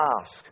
ask